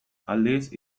aldiz